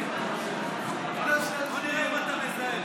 בוא נראה אם אתה מזהה.